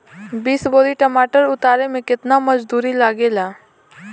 बीस बोरी टमाटर उतारे मे केतना मजदुरी लगेगा?